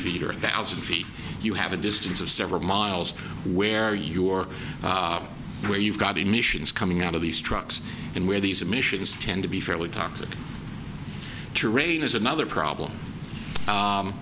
feet or a thousand feet you have a distance of several miles where your where you've got emissions coming out of these trucks and where these admissions tend to be fairly toxic terrain is another problem